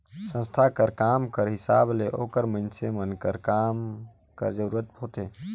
संस्था कर काम कर हिसाब ले ओकर मइनसे मन कर काम कर जरूरत होथे